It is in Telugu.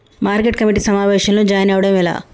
మార్కెట్ కమిటీ సమావేశంలో జాయిన్ అవ్వడం ఎలా?